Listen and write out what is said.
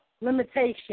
limitation